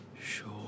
Sure